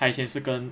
他以前是跟